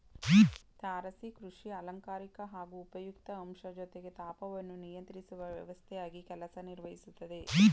ತಾರಸಿ ಕೃಷಿ ಅಲಂಕಾರಿಕ ಹಾಗೂ ಉಪಯುಕ್ತ ಅಂಶ ಜೊತೆಗೆ ತಾಪವನ್ನು ನಿಯಂತ್ರಿಸುವ ವ್ಯವಸ್ಥೆಯಾಗಿ ಕೆಲಸ ನಿರ್ವಹಿಸ್ತದೆ